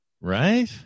Right